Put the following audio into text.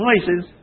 voices